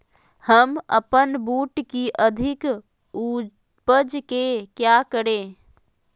हम अपन बूट की अधिक उपज के क्या करे?